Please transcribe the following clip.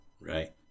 Right